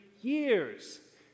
years